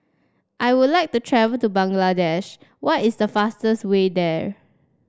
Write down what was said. I would like to travel to Bangladesh what is the fastest way there